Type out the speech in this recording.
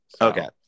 Okay